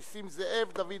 נסים זאב ושלמה מולה.